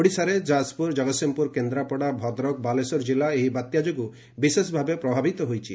ଓଡ଼ିଶାରେ ଯାଜପୁର ଜଗତସିଂହପୁର କେନ୍ଦ୍ରାପଡ଼ା ଭଦ୍ରକ ଏବଂ ବାଲେଶ୍ୱର ଜିଲ୍ଲା ଏହି ବାତ୍ୟା ଯୋଗୁଁ ପ୍ରଭାବିତ ହୋଇଛି